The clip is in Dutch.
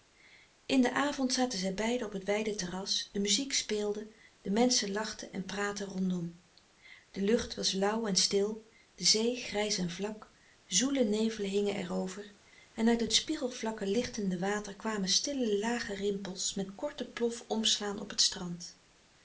in den avond zaten zij beiden op het wijde terras de muziek speelde de menschen lachten en praatten rondom de lucht was lauw en stil de zee grijs en vlak zoele nevelen hingen er over en uit het spiegelvlakke lichtende water kwamen stille lage rimpels met korten plof omslaan op t strand